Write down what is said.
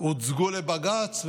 הוצגו לבג"ץ,